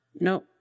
No